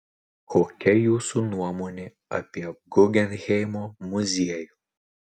kokia jūsų nuomonė apie guggenheimo muziejų